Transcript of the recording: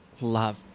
love